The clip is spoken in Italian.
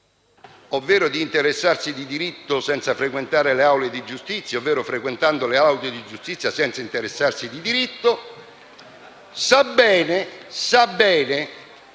ovvero di interessarsi di diritto senza frequentare le aule di giustizia, ovvero di frequentare le aule di giustizia senza interessarsi di diritto, sa bene